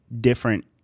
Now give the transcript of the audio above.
different